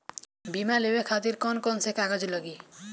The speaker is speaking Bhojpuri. बीमा लेवे खातिर कौन कौन से कागज लगी?